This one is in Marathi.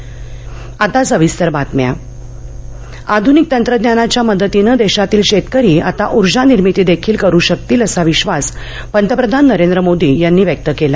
पंतप्रधान आधुनिक तंत्रज्ञानाच्या मदतीने देशातील शेतकरी आता ऊर्जा निर्मितीदेखील करू शकतील असा विधास पंतप्रधान नरेंद्र मोदी यांनी व्यक्त केला